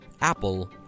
Apple